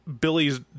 Billy's